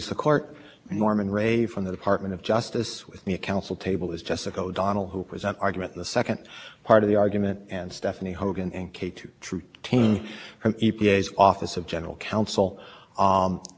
and what if my speech is a little slurred this morning your honor it's because i'm recovering from bell's palsy a condition that causes a paralysis out of the face i don't think it'll be an issue but if i need to repeat something please let me know